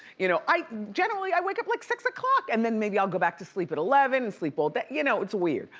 you know i, generally, i wake up like six o'clock, and then maybe i'll go back to sleep at eleven and sleep all day. you know, it's weird.